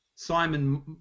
Simon